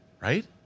right